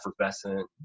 effervescent